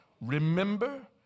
Remember